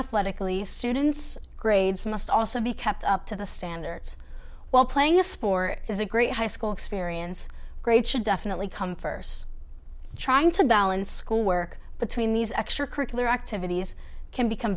athletically students grades must also be kept up to the standards while playing a sport is a great high school experience grades should definitely come for trying to balance school work between these extracurricular activities can become